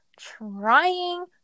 Trying